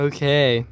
Okay